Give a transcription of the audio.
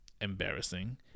Embarrassing